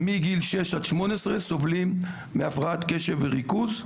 מגיל שש עד 18 סובלים מהפרעת קשב וריכוז,